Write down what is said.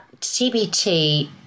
cbt